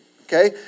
Okay